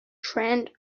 trend